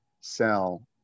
sell